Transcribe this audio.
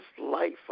life